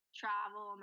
travel